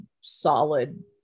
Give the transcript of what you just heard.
solid